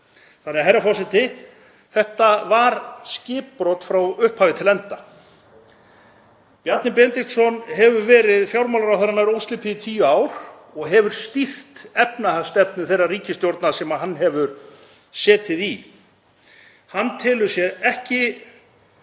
Alþingis. Herra forseti. Þetta var skipbrot frá upphafi til enda. Bjarni Benediktsson hefur verið fjármálaráðherra nær óslitið í tíu ár og hefur stýrt efnahagsstefnu þeirra ríkisstjórna sem hann hefur setið í. Hann telur sér ekki